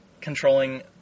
controlling